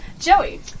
Joey